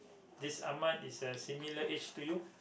this ahmad is uh similar age to you